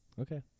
Okay